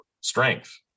strength